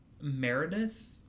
Meredith